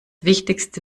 wichtigste